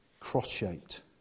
cross-shaped